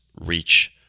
reach